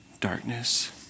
darkness